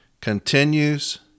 continues